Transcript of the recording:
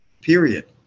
period